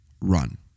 run